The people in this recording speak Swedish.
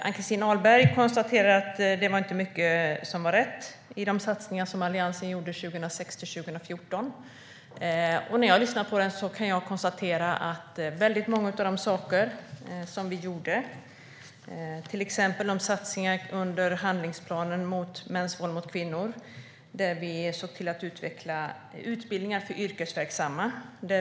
Ann-Christin Ahlberg konstaterar det inte var mycket som var rätt i de satsningar som Alliansen gjorde 2006-2014. När jag lyssnar kan jag konstatera vi gjorde väldigt många saker, till exempel satsningar under handlingsplanen mot mäns våld mot kvinnor. Där såg vi till att utveckla utbildningar för yrkesverksamma.